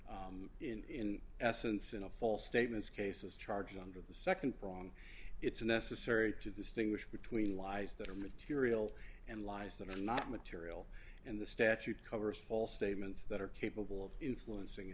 brief in essence in a false statements cases charged under the nd prong it's necessary to distinguish between lies that are material and lies that are not material in the statute covers false statements that are capable of influencing a